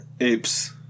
Ape's